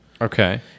okay